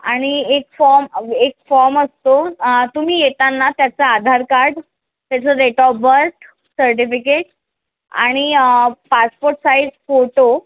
आणि एक फॉर्म एक फॉर्म असतो तुम्ही येताना त्याचं आधारकार्ड त्याचं डेट ऑफ बर्थ सर्टिफिकेट आणि पासपोर्टसाइज फोटो